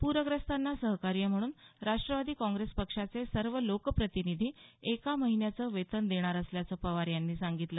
पूरग्रस्तांना सहकार्य म्हणून राष्ट्वादी काँग्रेस पक्षाचे सर्व लोकप्रतिनिधी एका महिन्याचं वेतन देणार असल्याचं पवार यांनी सांगितलं